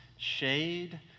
shade